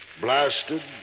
blasted